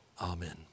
Amen